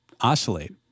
oscillate